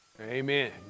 Amen